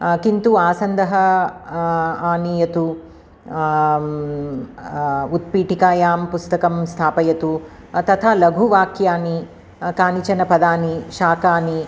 किन्तु आसन्दः आनयतु उत्पीटिकायां पुस्तकं स्थापयतु तथा लघुवाक्यानि कानिचन पदानि शाकानि